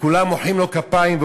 וכולם מוחאים לו כפיים: